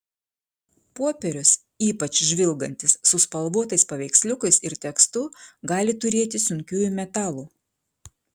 popierius ypač žvilgantis su spalvotais paveiksliukais ir tekstu gali turėti sunkiųjų metalų